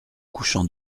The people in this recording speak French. couchant